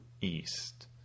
east